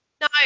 No